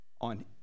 On